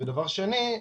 דבר שני,